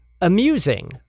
amusing